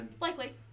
Likely